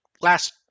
last